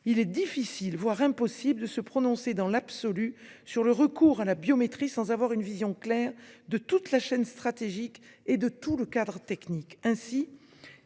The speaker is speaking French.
il est difficile, voire impossible, de se prononcer dans l'absolu sur le recours à la biométrie sans avoir une vision claire de toute la chaîne stratégique et de l'ensemble du cadre technique.